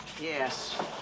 Yes